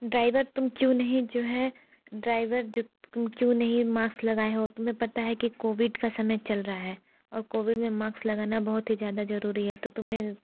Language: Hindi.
ड्राइवर तुम क्यों नहीं जो है ड्राइवर जो क्यों नहीं माक्स लगाए हो तुम्हें पता है कि कोविड का समय चल रहा है और कोविड में माक्स लगाना बहुत ही ज़्यादा ज़रूरी है तो तुम ने